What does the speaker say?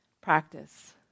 practice